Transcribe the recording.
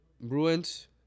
Bruins